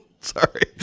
Sorry